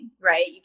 right